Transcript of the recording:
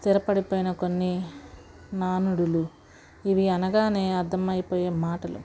స్థిరపడిపోయిన కొన్ని నానుడులు ఇవి అనగానే అర్థమయిపోయే మాటలు